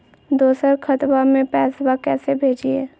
दोसर खतबा में पैसबा कैसे भेजिए?